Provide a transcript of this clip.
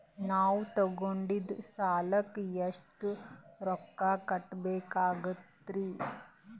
ನಾವು ತೊಗೊಂಡ ಸಾಲಕ್ಕ ಎಷ್ಟು ರೊಕ್ಕ ಕಟ್ಟಬೇಕಾಗ್ತದ್ರೀ?